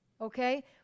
Okay